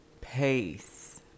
pace